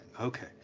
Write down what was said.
okay